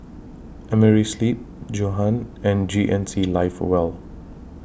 Amerisleep Johan and G N C Live Well